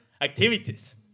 activities